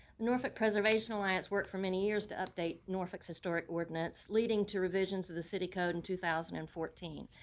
norfolk preservation like has worked for many years to update norfolk's historic ordinance leading to revisions of the city code in two thousand and fourteen.